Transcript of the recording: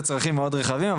בצרכים מאוד רחבים.